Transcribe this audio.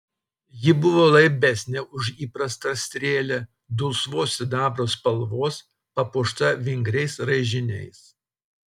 ji buvo laibesnė už įprastą strėlę dulsvos sidabro spalvos papuošta vingriais raižiniais